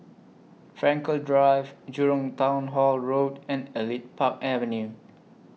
Frankel Drive Jurong Town Hall Road and Elite Park Avenue